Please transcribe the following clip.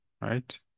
right